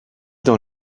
dans